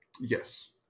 yes